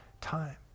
time